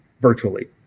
virtually